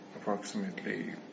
approximately